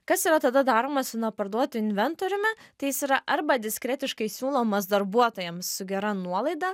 kas yra tada daroma su neparduotu inventoriumi tai jis yra arba diskretiškai siūlomas darbuotojams su gera nuolaida